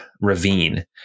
ravine